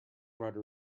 rudder